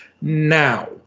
now